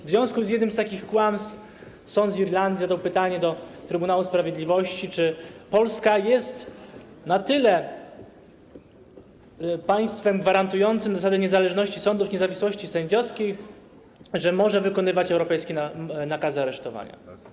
W związku z jednym z takich kłamstw sąd z Irlandii skierował pytanie do Trybunału Sprawiedliwości, czy Polska jest na tyle państwem gwarantującym zasadę niezależności sądów, niezawisłości sędziowskiej, że może wykonywać europejskie nakazy aresztowania.